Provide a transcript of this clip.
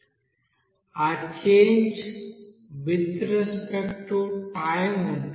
ఆ change with respect to time ఉంటుంది